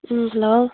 ꯎꯝ hello